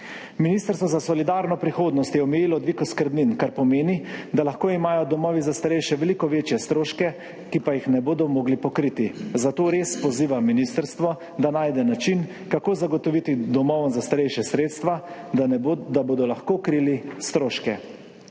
Ministrstvo za solidarno prihodnost je omejilo dvig oskrbnin, kar pomeni, da lahko imajo domovi za starejše veliko večje stroške, ki pa jih ne bodo mogli pokriti. Zato res pozivam ministrstvo, da najde način, kako zagotoviti domovom za starejše sredstva, da bodo lahko krili stroške.